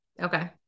Okay